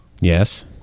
Yes